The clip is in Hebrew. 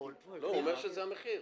הוא אומר שזה המחיר.